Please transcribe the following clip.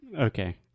Okay